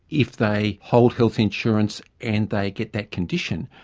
if they hold health insurance and they get that condition,